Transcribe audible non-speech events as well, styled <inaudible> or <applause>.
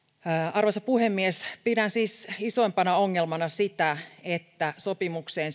arvoisa puhemies pidän siis isoimpana ongelmana sitä että sopimukseen <unintelligible>